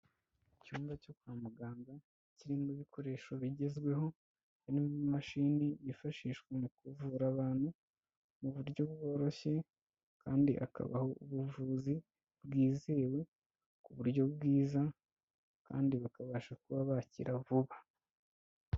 Icyumba cyo kwa muganga kirimo ibikoresho bigezweho, n'imashini yifashishwa mu kuvura abantu mu buryo bworoshye, kandi akabaha ubuvuzi bwizewe ku buryo bwiza kandi bakabasha kuba bakira vuba.